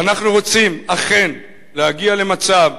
ואנחנו רוצים אכן להגיע למצב,